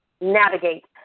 navigate